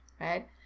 right